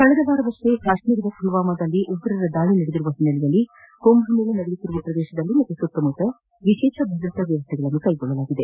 ಕಳೆದ ವಾರವಷ್ಷೇ ಕಾಶ್ಮೀರದ ಪುಲ್ವಾಮದಲ್ಲಿ ಉಗ್ರರ ದಾಳಿ ನಡೆದಿರುವ ಹಿನ್ನೆಲೆಯಲ್ಲಿ ಕುಂಭಮೇಳ ನಡೆಯುತ್ತಿರುವ ಪ್ರದೇಶದಲ್ಲಿ ಮತ್ತು ಸುತ್ತಮುತ್ತ ವಿಶೇಷ ಭದ್ರತಾ ವ್ಯವಸ್ಥೆಗಳನ್ನು ಕೈಗೊಳ್ಳಲಾಗಿದೆ